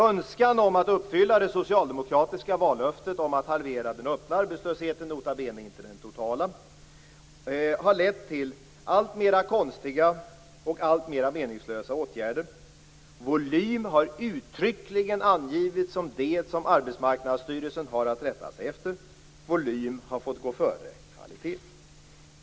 Önskan om att uppfylla det socialdemokratiska vallöftet om att halvera den öppna arbetslösheten, nota bene inte den totala, har lett till alltmer konstiga och alltmer meningslösa åtgärder. Volym har uttryckligen angivits som det som Arbetsmarknadsstyrelsen har att rätta sig efter. Volym har fått gå före kvalitet.